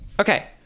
Okay